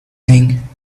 thing